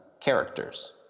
characters